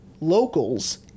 locals